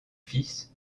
fils